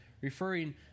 referring